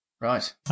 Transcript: Right